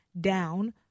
down